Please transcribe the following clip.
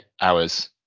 hours